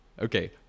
Okay